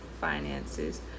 finances